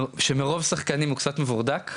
שמרוב שחקנים הוא קצת מבורדק.